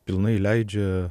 pilnai leidžia